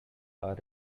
are